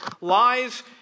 Lies